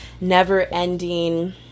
never-ending